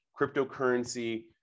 cryptocurrency